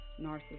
narcissist